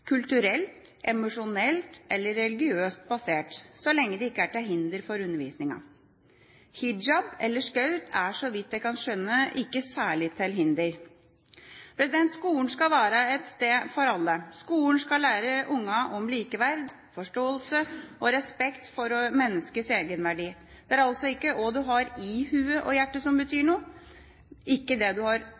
kulturelt, emosjonelt eller religiøst basert – så lenge det ikke er til hinder for undervisningen. Hijab, eller skaut, er, så vidt jeg kan skjønne, ikke særlig til hinder. Skolen skal være et sted for alle. Skolen skal lære barna om likeverd, forståelse og respekt for menneskets egenverdi. Det er altså hva en har i hodet og hjertet som betyr noe, ikke det en har